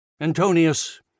Antonius